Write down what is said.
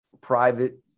private